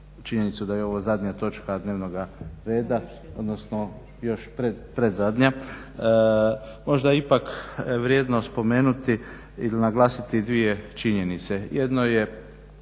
možda je ipak vrijedno spomenuti i naglasiti dvije činjenice. Jedno je